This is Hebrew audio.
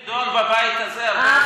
החוק הזה נדון בבית הזה הרבה לפני שסמוטריץ,